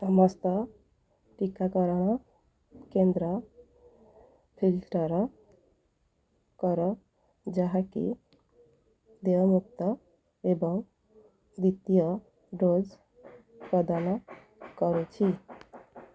ସମସ୍ତ ଟିକାକରଣ କେନ୍ଦ୍ର ଫିଲ୍ଟର୍ କର ଯାହାକି ଦେୟମୁକ୍ତ ଏବଂ ଦ୍ୱିତୀୟ ଡୋଜ୍ ପ୍ରଦାନ କରୁଛି